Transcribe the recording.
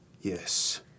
Yes